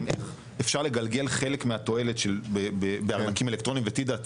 אפשר לגלגל חלק מהתועלת בארנקים אלקטרונים וטידה,